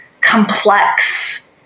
complex